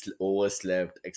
overslept